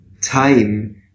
time